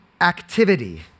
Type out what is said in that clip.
activity